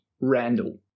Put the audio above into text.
Randall